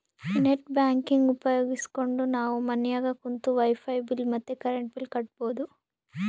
net banking ಉಪಯೋಗಿಸ್ಕೆಂಡು ನಾವು ಮನ್ಯಾಗ ಕುಂತು ವೈಫೈ ಬಿಲ್ ಮತ್ತೆ ಕರೆಂಟ್ ಬಿಲ್ ಕಟ್ಬೋದು